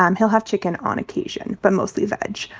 um he'll have chicken on occasion, but mostly veg.